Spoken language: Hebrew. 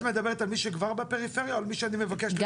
את מדברת על מי שכבר בפריפריה או מי שאני מבקש ---?